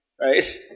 Right